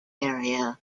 area